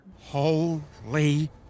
Holy